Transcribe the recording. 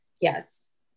yes